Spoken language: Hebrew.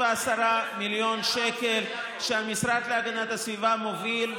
מיליון שקל שהמשרד להגנת הסביבה מוביל,